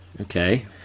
Okay